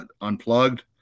unplugged